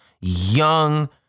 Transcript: Young